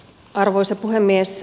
arvoisa puhemies